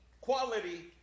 quality